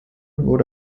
wurde